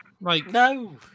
No